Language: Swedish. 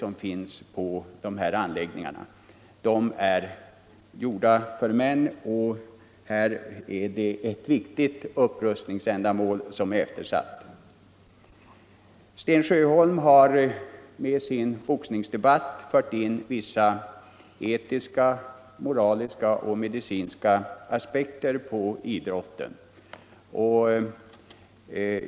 Det finns bara en bastu och ett omklädningsrum, och de är avsedda för män. Ett viktigt upprustningsändamål är här eftersatt. Sten Sjöholm har med sitt inlägg mot boxningen fört in vissa etiska, moraliska och medicinska synpunkter i idrottsdebatten.